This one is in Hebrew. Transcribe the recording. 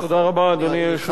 תודה רבה, אדוני היושב-ראש.